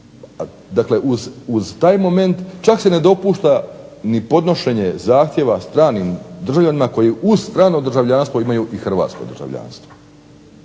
Dakle uz taj moment čak se ne dopušta ni podnošenje zahtjeva stranim državljanima koji uz strano državljanstvo imaju i hrvatsko državljanstvo.